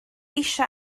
eisiau